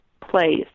place